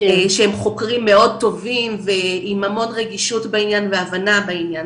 שהם חוקרים מאוד טובים ועם המון רגישות בעניין והבנה בעיין,